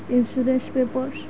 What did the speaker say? insurance paper's